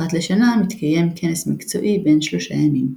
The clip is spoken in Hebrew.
אחת לשנה מתקיים כנס מקצועי בן 3 ימים.